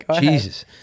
Jesus